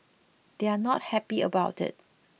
they're not happy about it